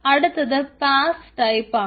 അടുത്തത് pass type ആണ്